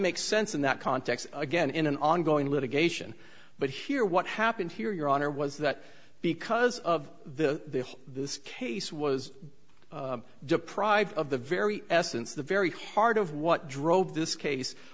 makes sense in that context again in an ongoing litigation but here what happened here your honor was that because of the this case was deprived of the very essence the very heart of what drove this case